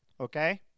okay